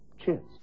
cheers